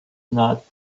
not